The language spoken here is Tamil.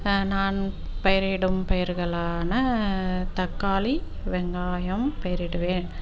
நான் பயரிடும் பயிர்களான தக்காளி வெங்காயம் பயிரிடுவேன்